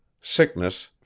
Sickness